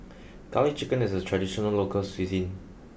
garlic chicken is a traditional local cuisine